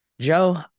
Joe